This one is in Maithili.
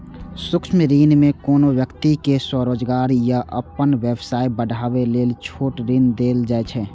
सूक्ष्म ऋण मे कोनो व्यक्ति कें स्वरोजगार या अपन व्यवसाय बढ़ाबै लेल छोट ऋण देल जाइ छै